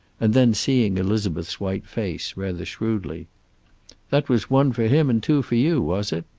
and then, seeing elizabeth's white face, rather shrewdly that was one for him and two for you, was it?